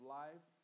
life